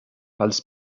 als